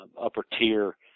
upper-tier